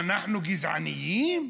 שאנחנו גזענים?